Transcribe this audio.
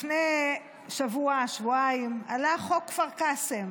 לפני שבוע, שבועיים, חוק כפר קאסם